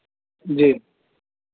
जी